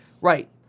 Right